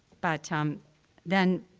but um then,